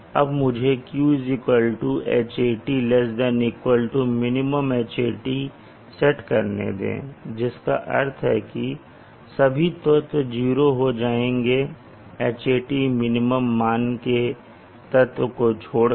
अब मुझे q Hat ≤ min set करने दे जिसका अर्थ है कि सभी तत्व 0 हो जाएंगे min मान के तत्व को छोड़कर